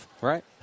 Right